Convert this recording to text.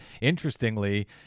Interestingly